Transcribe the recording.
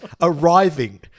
arriving